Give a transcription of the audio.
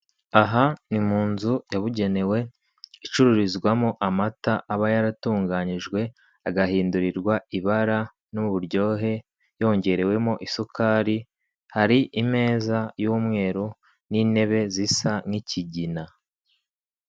Aha ni mu nzu yabugenewe icururizwamo amata aba yaratunganijwe agahindurirwa ibara n'uburyohe yongerewemo isukari, hari imeza y'umweru n'intebe zisa nk'ikigina.